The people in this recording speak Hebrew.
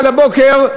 על הבוקר,